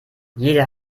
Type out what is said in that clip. jeder